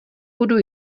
budu